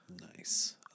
Nice